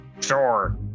Sure